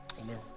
Amen